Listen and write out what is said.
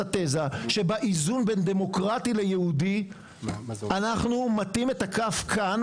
התזה שבאיזון בין דמוקרטי ליהודי אנחנו מטים את הכף כאן,